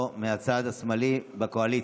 פה, מהצד השמאלי בקואליציה,